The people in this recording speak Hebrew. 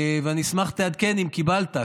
ואני אשמח שתעדכן אם קיבלת,